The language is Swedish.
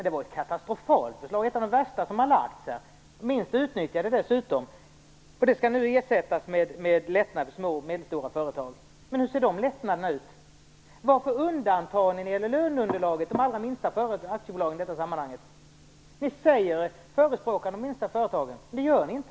Det var ett katastrofalt förslag! Det var ett av de värsta som lagts fram här i riksdagen, och dessutom det minst utnyttjade avdraget. Det skall nu ersättas med lättnader för små och medelstora företag. Hur ser de lättnaderna ut? Varför undantar ni de allra minsta aktiebolagen i detta sammanhang när det gäller löneunderlaget? Ni säger att ni förbättrar för de minsta företagen. Det gör ni inte!